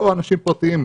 או של אנשים פרטיים.